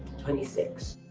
twenty six.